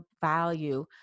value